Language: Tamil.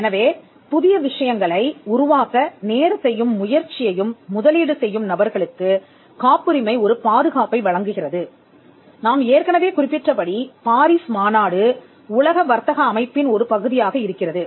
எனவே புதிய விஷயங்களை உருவாக்க நேரத்தையும் முயற்சியையும் முதலீடு செய்யும் நபர்களுக்கு காப்புரிமை ஒரு பாதுகாப்பை வழங்குகிறது நாம் ஏற்கனவே குறிப்பிட்டபடி பாரிஸ் மாநாடு உலக வர்த்தக அமைப்பின் ஒரு பகுதியாக இருக்கிறது